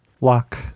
lock